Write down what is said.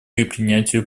принятию